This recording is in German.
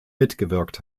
mitgewirkt